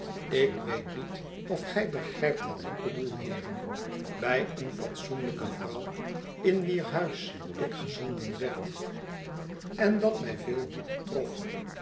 ik weet niet of gij begrijpt wat ik bedoel heeren bij een fatsoenlijke vrouw in wier huis ik gezonden werd en datmij veel dieper trof